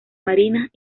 marinas